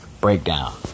breakdown